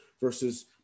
versus